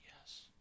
yes